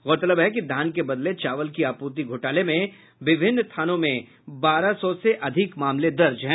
गौरतलब है कि धान के बदले चावल की आपूर्ति घोटाले में विभिन्न थानों में बारह सौ से अधिक मामले दर्ज हैं